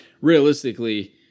Realistically